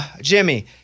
Jimmy